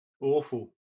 Awful